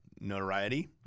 notoriety